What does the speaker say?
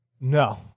No